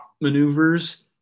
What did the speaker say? maneuvers